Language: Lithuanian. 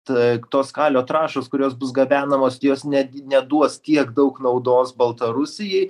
ta tos kalio trąšos kurios bus gabenamos jos netgi neduos tiek daug naudos baltarusijai